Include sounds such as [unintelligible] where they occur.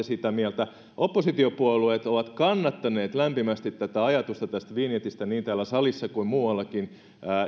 [unintelligible] sitä mieltä oppositiopuolueet ovat kannattaneet lämpimästi ajatusta tästä vinjetistä niin täällä salissa kuin muuallakin